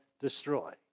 destroy